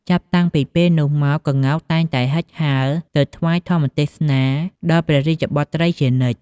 ចាប់តាំងពីពេលនោះមក ក្ងោកតែងតែហិចហើរទៅថ្វាយធម្មទេសនាដល់ព្រះរាជបុត្រីជានិច្ច ។